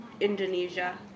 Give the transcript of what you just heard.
Indonesia